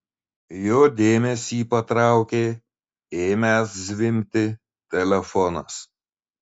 jo dėmesį patraukė ėmęs zvimbti telefonas